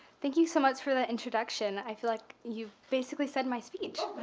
thank you so much for the introduction. i feel like you've basically said my speech.